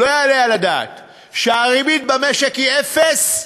לא יעלה על הדעת שהריבית במשק היא אפס,